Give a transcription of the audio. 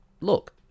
Look